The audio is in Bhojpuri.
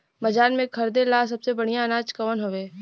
बाजार में खरदे ला सबसे बढ़ियां अनाज कवन हवे?